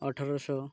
ଅଠରଶହ